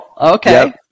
Okay